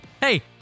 hey